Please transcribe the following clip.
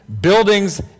buildings